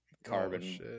carbon